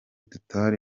tutari